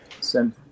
Send